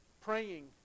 praying